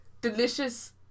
delicious